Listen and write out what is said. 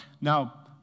now